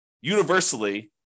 universally